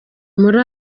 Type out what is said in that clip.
muri